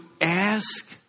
ask